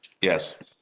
Yes